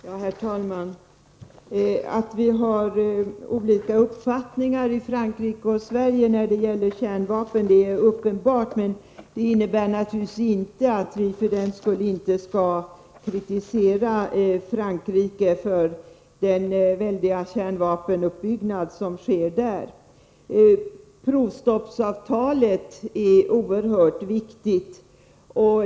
Herr talman! Att vi har olika uppfattningar i Frankrike och Sverige när det gäller kärnvapen är uppenbart. Det innebär naturligtvis inte att vi för den skull inte skall kritisera Frankrike för den väldiga kärnvapenuppbyggnad som sker där. Provstoppsavtalet är oerhört viktigt.